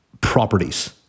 properties